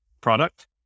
product